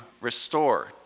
restore